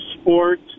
sport